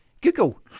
Google